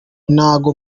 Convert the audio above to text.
ntago